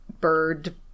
bird